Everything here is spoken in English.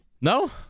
No